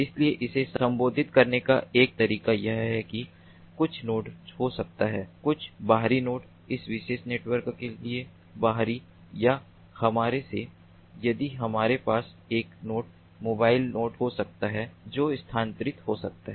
इसलिए इसे संबोधित करने का एक तरीका यह है कि कुछ नोड हो सकता है कुछ बाहरी नोड इस विशेष नेटवर्क के लिए बाहरी या इनमें से यदि हमारे पास एक नोड मोबाइल नोड हो सकता है जो स्थानांतरित हो सकता है